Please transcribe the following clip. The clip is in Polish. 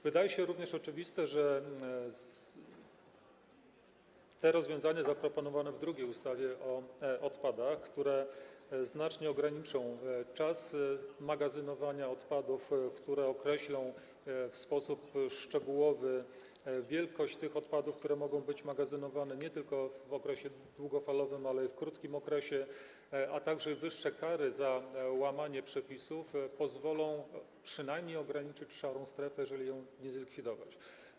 Wydaje się również oczywiste, że te rozwiązania zaproponowane w drugiej ustawie - ustawie o odpadach, które znacznie ograniczą czas magazynowania odpadów, określą w sposób szczegółowy ilość tych odpadów, które mogą być magazynowane nie tylko w okresie długofalowym, ale i w krótkim okresie, a także wyższe kary za łamanie przepisów pozwolą przynajmniej ograniczyć szarą strefę, jeżeli nie zlikwidować.